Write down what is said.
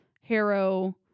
Harrow